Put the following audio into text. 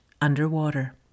underwater